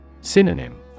Synonym